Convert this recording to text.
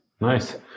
nice